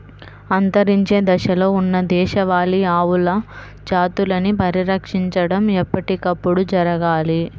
అంతరించే దశలో ఉన్న దేశవాళీ పశువుల జాతులని పరిరక్షించడం ఎప్పటికప్పుడు జరగాలి